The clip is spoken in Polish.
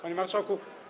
Panie Marszałku!